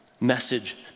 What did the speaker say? message